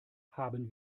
haben